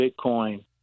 Bitcoin